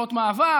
הוראות מעבר,